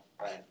Right